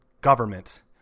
government